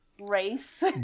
race